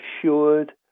assured